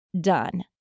done